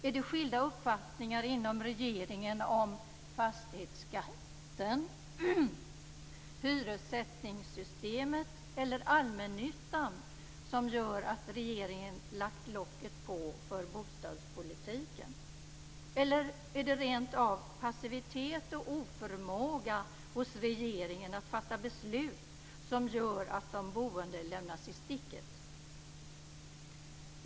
Är det skilda uppfattningar inom regeringen om fastighetsskatten, hyressättningssystemet eller allmännyttan som gör att regeringen har lagt locket på för bostadspolitiken? Eller är det rent av passivitet och oförmåga hos regeringen att fatta beslut som gör att de boende lämnas i sticket?